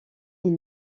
est